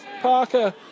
Parker